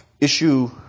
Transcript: issue